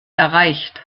erreicht